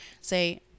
say